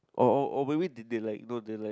or or or maybe they like they like